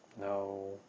No